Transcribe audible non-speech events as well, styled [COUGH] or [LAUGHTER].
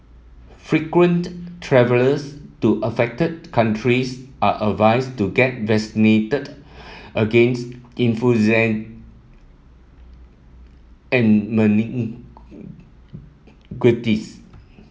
frequent travellers to affected countries are advised to get vaccinated against influenza and [UNINTELLIGIBLE]